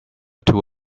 too